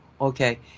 Okay